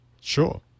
Sure